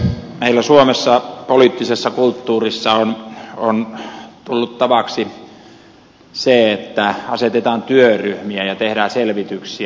meillä suomessa poliittisessa kulttuurissa on tullut tavaksi se että asetetaan työryhmiä ja tehdään selvityksiä